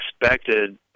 expected